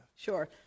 Sure